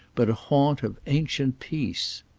but a haunt of ancient peace?